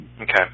Okay